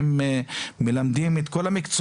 והם מלמדים את כל המקצועות.